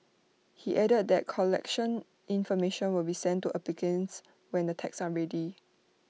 he added that collection information will be sent to applicants when the tags are ready